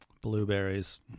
Blueberries